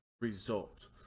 result